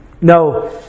No